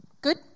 Good